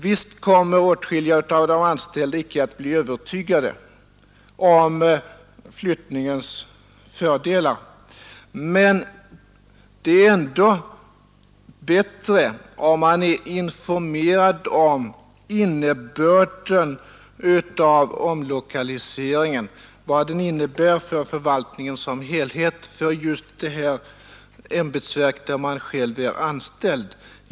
Visst kommer åtskilliga av de anställda icke att bli övertygade om flyttningens fördelar, men det är i alla fall bättre att man är informerad om innebörden av omlokaliseringen: vad omläggningen av just det ämbetsverk där man själv är anställd innebär för förvaltningen som helhet.